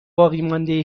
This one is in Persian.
باقیمانده